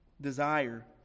desire